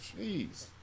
Jeez